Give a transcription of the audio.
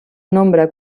nombre